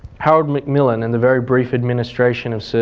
harold macmillan, and the very brief administration of